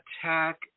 attack